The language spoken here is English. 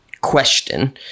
question